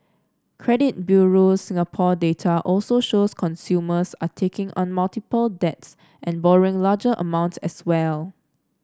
credit Bureau Singapore data also shows consumers are taking on multiple debts and borrowing larger amounts as well